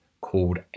called